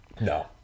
No